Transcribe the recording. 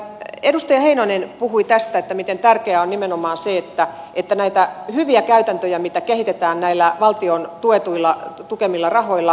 edustaja heinonen puhui tästä miten tärkeää on nimenomaan se että nämä hyvät käytännöt mitä kehitetään näillä valtion tukemilla rahoilla jäisivät sitten elämään